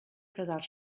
quedar